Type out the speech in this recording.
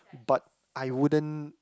but I wouldn't